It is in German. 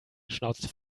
schnauzte